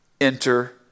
Enter